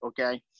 Okay